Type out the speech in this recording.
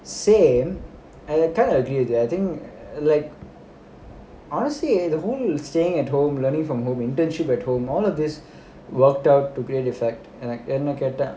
same and I kind of agree with that I think like honestly eh the more of staying at home learning from home internship at home all of this worked out to great effect என்ன கேட்டா:enna kettaa